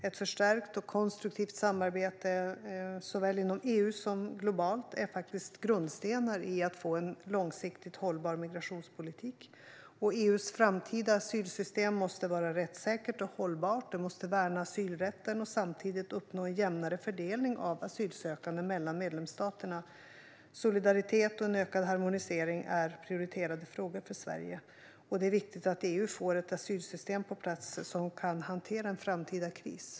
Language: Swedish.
Ett förstärkt och konstruktivt samarbete såväl inom EU som globalt är faktiskt en grundsten i att få en långsiktigt hållbar migrationspolitik, och EU:s framtida asylsystem måste vara rättssäkert och hållbart. Det måste värna asylrätten och samtidigt uppnå en jämnare fördelning av asylsökande mellan medlemsstaterna. Solidaritet och en ökad harmonisering är prioriterade frågor för Sverige, och det är viktigt att EU får ett asylsystem på plats som kan hantera en framtida kris.